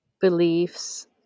beliefs